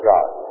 God